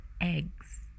eggs